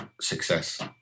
success